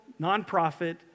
nonprofit